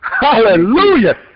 Hallelujah